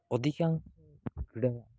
ଅଧିକାଂଶ କ୍ରୀଡ଼ା